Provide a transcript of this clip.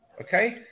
Okay